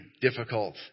difficult